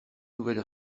nouvelle